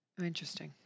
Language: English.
interesting